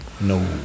No